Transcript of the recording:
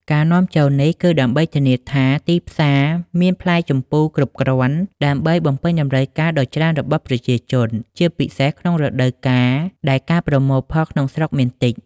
ការនាំចូលនេះគឺដើម្បីធានាថាទីផ្សារមានផ្លែជម្ពូគ្រប់គ្រាន់ដើម្បីបំពេញតម្រូវការដ៏ច្រើនរបស់ប្រជាជន ជាពិសេសក្នុងរដូវកាលដែលការប្រមូលផលក្នុងស្រុកមានតិច។